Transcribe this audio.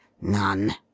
None